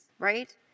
Right